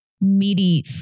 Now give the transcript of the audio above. meaty